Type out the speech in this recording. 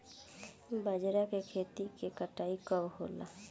बजरा के खेती के कटाई कब होला?